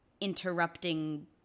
interrupting